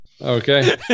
okay